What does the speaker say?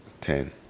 Ten